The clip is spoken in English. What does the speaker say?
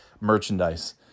merchandise